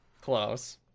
Close